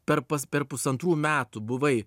per pas per pusantrų metų buvai